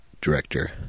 director